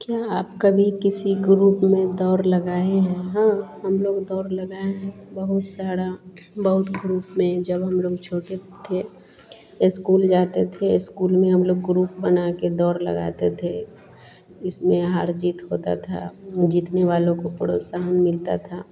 क्या आप कभी किसी ग्रुप में दौड़ लगाए हैं हाँ हमलोग दौड़ लगाए हैं बहुत सारा बहुत ग्रुप में जब हमलोग छोटे थे स्कूल जाते थे स्कूल में हमलोग ग्रुप बनाकर दौड़ लगाते थे इसमें हार जीत होती थी जीतने वालों को प्रोत्साहन मिलता था